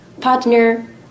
partner